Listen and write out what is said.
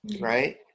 right